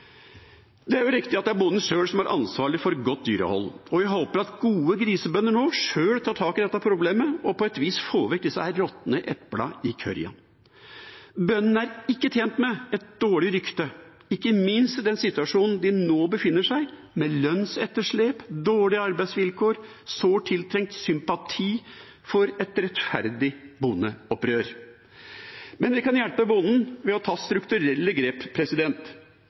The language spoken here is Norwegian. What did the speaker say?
Det er riktig at det er bonden sjøl som er ansvarlig for et godt dyrehold, og jeg håper at gode grisebønder nå sjøl tar tak i dette problemet og på et vis får vekk disse råtne eplene i korga. Bøndene er ikke tjent med et dårlig rykte, ikke minst i den situasjonen de nå befinner seg, med lønnsetterslep, dårlige arbeidsvilkår, sårt tiltrengt sympati for et rettferdig bondeopprør. Men vi kan hjelpe bonden ved å ta strukturelle grep,